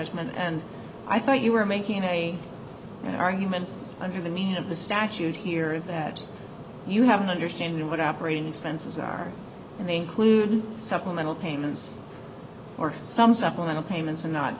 judgment and i thought you were making any argument i mean the meaning of the statute here is that you have an understanding of what operating expenses are and they include supplemental payments or some supplemental payments and not